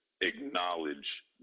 acknowledge